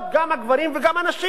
גם הגברים וגם הנשים.